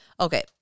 Okay